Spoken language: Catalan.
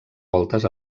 voltes